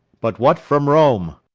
but what from rome?